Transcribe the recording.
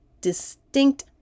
distinct